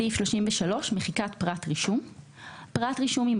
שמירת סודיות 30.אדם שהגיע אליו מידע לפי פרק זה,